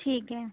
ٹھیک ہے